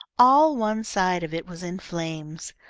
all one side of it was in flames.